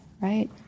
right